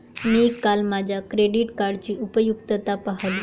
मी काल माझ्या क्रेडिट कार्डची उपयुक्तता पाहिली